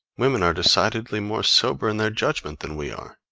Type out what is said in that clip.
women are decidedly more sober in their judgment than we are,